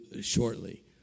shortly